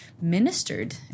ministered